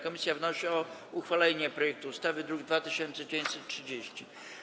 Komisja wnosi o uchwalenie projektu ustawy z druku nr 2930.